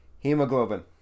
Hemoglobin